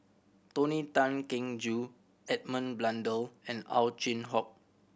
Tony Tan Keng Joo Edmund Blundell and Ow Chin Hock